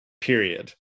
period